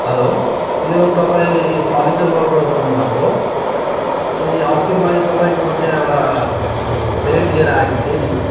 हलो यो तपाईँ फर्निचर वर्ल्डबाट बोल्नु भएको हो ए अस्ति मैले तपाईँकोमा त्यहाँ एउटा बेड ल्याएर आएको थिएँ नि